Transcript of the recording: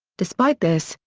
despite this,